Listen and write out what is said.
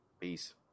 Peace